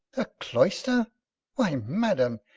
a cloister why, madam,